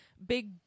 big